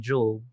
Job